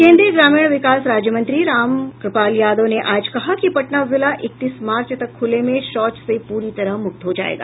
केन्द्रीय ग्रामीण विकास राज्य मंत्री रामकृपाल यादव ने कहा कि पटना जिला इकतीस मार्च तक खुले में शौच से पूरी तरह मुक्त हो जायेगा